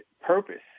purpose